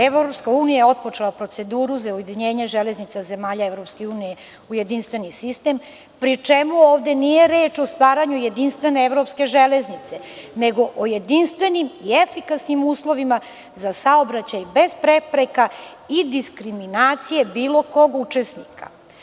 Evropska unija je otpočela proceduru za ujedinjenje železnica zemalja Evropske unije u jedinstveni sistem, pri čemu ovde nije reč o stvaranju jedinstvene evropske železnice, nego o jedinstvenim i efikasnim uslovima za saobraćaj bez prepreka i diskriminacije bilo kog učesnika.